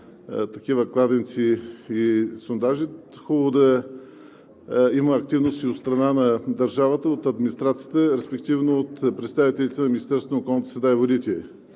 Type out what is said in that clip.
такива кладенци и сондажи, хубаво е да има активност и от страна на държавата, от администрацията, респективно от представителите на Министерството на околната среда и водите.